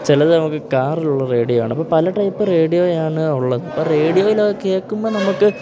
ചിലത് നമുക്ക് കാറിലുള്ള റേഡിയോ ആണ് അപ്പം പല ടൈപ്പ് റേഡിയോയാണ് ഉള്ളത് ഇപ്പം റേഡിയോയിലത് കേൾക്കുമ്പോൾ നമുക്ക്